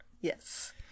yes